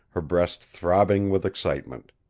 her breast throbbing with excitement.